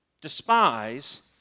despise